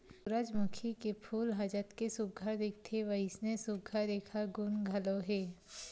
सूरजमूखी के फूल ह जतके सुग्घर दिखथे वइसने सुघ्घर एखर गुन घलो हे